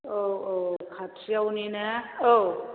औ औ खाथियावनो ना औ